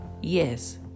yes